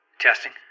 Testing